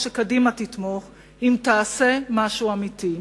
אתמוך, שקדימה תתמוך, אם תעשה משהו אמיתי.